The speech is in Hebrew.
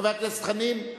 חבר הכנסת חנין,